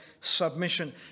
submission